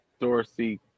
Dorsey